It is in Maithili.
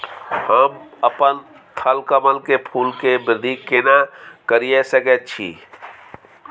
हम अपन थलकमल के फूल के वृद्धि केना करिये सकेत छी?